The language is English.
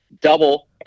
double